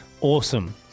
Awesome